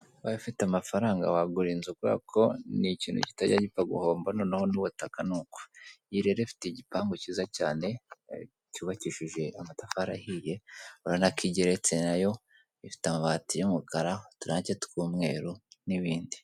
Ubaye ufite amafaranga wagura inzu kubera ko ni ikintu kitajya gipfa guhomba noneho n'ubutaka ni uko. Nirere ifite igipangu cyiza cyane, cyubakishije amatafari ahiye, urabona ko igeretse nayo, ifite amabati y'umukara uturange tw'umweru n'ibindi...